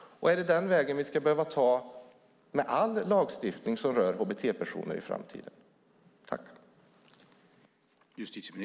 Är det den vägen vi ska behöva ta med all lagstiftning som rör hbt-personer i framtiden?